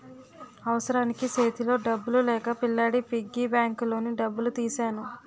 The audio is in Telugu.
అవసరానికి సేతిలో డబ్బులు లేక పిల్లాడి పిగ్గీ బ్యాంకులోని డబ్బులు తీసెను